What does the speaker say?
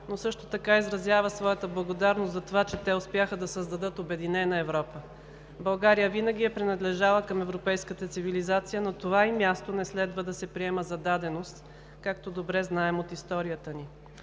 но също така изразява своята благодарност за това, че те успяха да създадат Обединена Европа. България винаги е принадлежала към европейската цивилизация, но това ѝ място не следва да се приема за даденост, както добре знаем от историята ни.